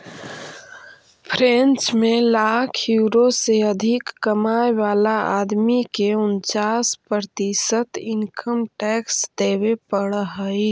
French में पाँच lakh euro से अधिक कमाय वाला आदमी के उन्चास प्रतिशत इनकम टैक्स देवे पड़ऽ हई